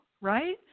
right